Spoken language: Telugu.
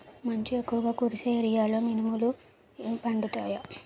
మంచు ఎక్కువుగా కురిసే ఏరియాలో మినుములు పండుతాయా?